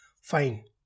fine